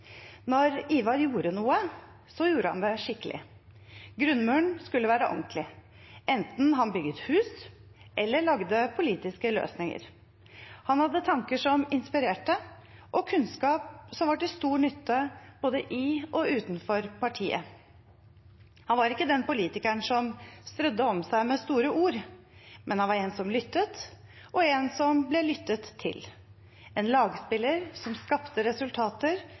Når Ivar gjorde noe, gjorde han det skikkelig. Grunnmuren skulle være ordentlig, enten han bygde hus eller lagde politiske løsninger. Han hadde tanker som inspirerte, og kunnskap som var til stor nytte både i og utenfor partiet. Han var ikke den politikeren som strødde om seg med store ord. Men han var en som lyttet, og en som ble lyttet til – en lagspiller som skapte resultater